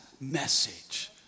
message